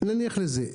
נניח לזה.